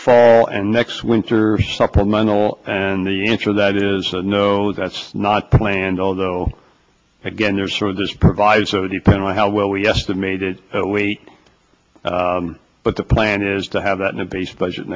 fall and next winter supplemental and the answer that is no that's not planned although again there's sort of this proviso depending on how well we estimated we but the plan is to have that new base budget